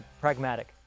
pragmatic